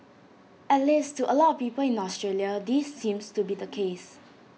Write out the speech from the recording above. at least to A lot of people in Australia this seems to be the case